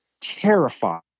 terrified